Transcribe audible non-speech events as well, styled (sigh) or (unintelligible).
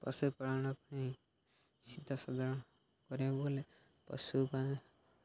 ପଶୁପାଳନ ପାଇଁ (unintelligible) କରିବାକୁ ହେଲେ ପଶୁଙ୍କ